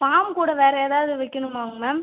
form கூட வேறு ஏதாவது வைக்கிணுமாங்க மேம்